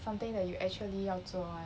something that you actually 要做 [one]